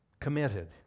committed